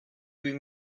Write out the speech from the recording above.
huit